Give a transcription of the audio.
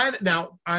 Now